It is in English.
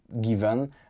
given